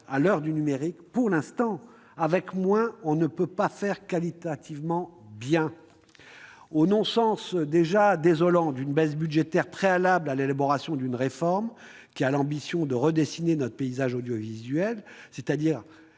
à l'heure du numérique, pour l'instant, on ne peut pas, avec moins, faire qualitativement bien. Le non-sens est désolant : une baisse budgétaire préalable à l'élaboration d'une réforme qui a l'ambition de redessiner notre paysage audiovisuel. En d'autres